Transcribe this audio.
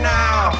now